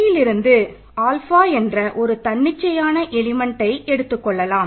Kல் இருந்து ஆல்ஃபா Fயை n என்று எடுத்துக்கொள்ளலாம்